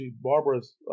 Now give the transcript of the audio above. Barbara's